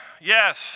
yes